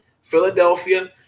Philadelphia